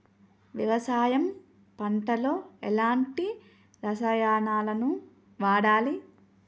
వ్యవసాయం పంట లో ఎలాంటి రసాయనాలను వాడాలి?